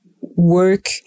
work